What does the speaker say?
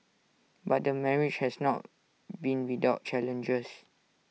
but the marriage has not been without challenges